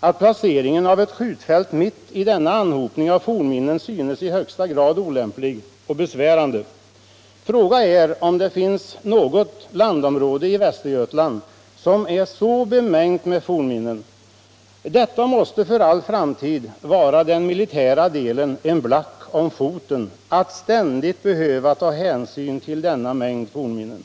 att placeringen av ett skjutfält mitt i denna anhopning av fornminnen synes i högsta grad olämplig och besvärande. Det torde inte finnas något landområde i Västergötland som är så bemängt med fornminnen. Det måste för all framtid vara en black om foten för militärerna att ständigt behöva ta hänsyn till denna mängd fornminnen.